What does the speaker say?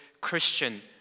Christian